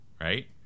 right